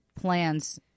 plans